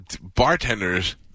bartenders